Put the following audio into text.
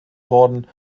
worden